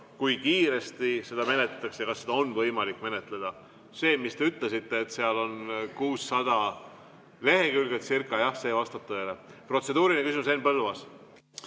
kui kiiresti seda menetletakse ja kas seda on võimalik menetleda. See, mis te ütlesite, et seal on 600 lehekülgecirca –jah, see vastab tõele. Protseduuriline küsimus, Henn Põlluaas.